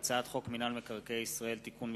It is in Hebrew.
להצעת חוק מינהל מקרקעי ישראל (תיקון מס'